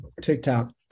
TikTok